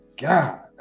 God